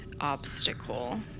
obstacle